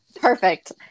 Perfect